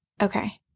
Okay